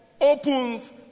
opens